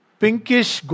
pinkish